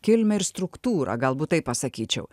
kilmę ir struktūrą galbūt taip pasakyčiau